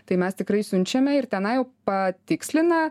tai mes tikrai siunčiame ir tenai jau patikslina